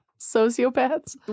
sociopaths